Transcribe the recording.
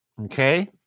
Okay